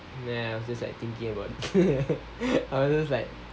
then I was just like thinking about I was just like